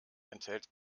enthält